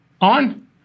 on